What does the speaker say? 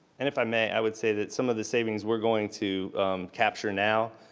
and if i may, i would say that some of the savings we are going to capture now.